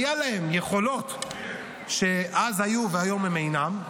היו להם יכולות שאז היו והיום הן אינן,